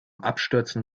abstürzen